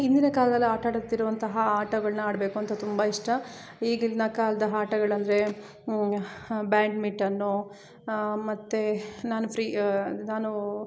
ಇಂದಿನ ಕಾಲ್ದಲ್ಲಿ ಆಟ ಆಡುತ್ತಿರುವಂತಹ ಆಟಗಳನ್ನ ಆಡಬೇಕು ಅಂತ ತುಂಬ ಇಷ್ಟ ಈಗಿನ ಕಾಲದ ಆಟಗಳಂದ್ರೆ ಬ್ಯಾಡ್ಮಿಟನ್ನು ಮತ್ತು ನಾನು ಫ್ರೀ ನಾನು